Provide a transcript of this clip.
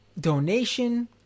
donation